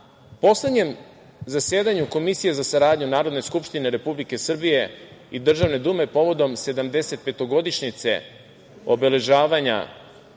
poslednjem zasedanju Komisije za saradnju Narodne skupštine Republike Srbije i Državne dume povodom 75. godišnjice obeležavanja